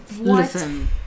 Listen